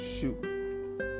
shoot